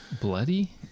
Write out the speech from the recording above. bloody